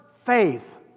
faith